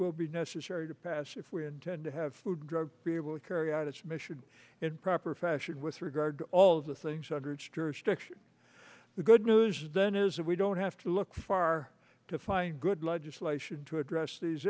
will be necessary to pass if we intend to have food drug be able to carry out its mission in proper fashion with regard to all the things underage jurisdiction the good news then is that we don't have to look far to find good legislation to address these